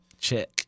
Check